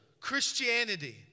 Christianity